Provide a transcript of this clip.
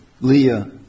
Leah